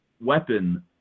weapon